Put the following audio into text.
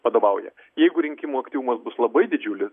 vadovauja jeigu rinkimų aktyvumas bus labai didžiulis